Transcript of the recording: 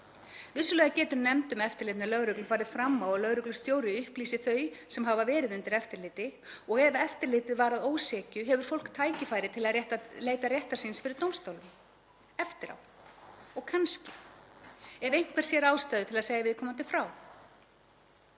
Vissulega getur nefnd um eftirlit með lögreglu farið fram á að lögreglustjóri upplýsi þau sem hafa verið undir eftirliti og ef eftirlitið var að ósekju hefur fólk tækifæri til að leita réttar síns fyrir dómstólum — eftir á og kannski, ef einhver sér ástæðu til að segja viðkomandi frá.